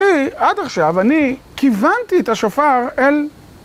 היי, עד עכשיו אני כיוונתי את השופר אל...